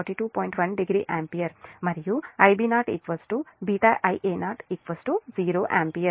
1o ampere మరియు Ib0 β Ia0 0 ampere